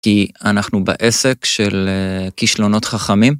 כי אנחנו בעסק של כישלונות חכמים.